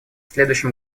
следующем